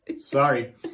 Sorry